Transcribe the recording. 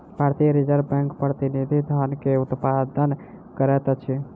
भारतीय reserve bank प्रतिनिधि धन के उत्पादन करैत अछि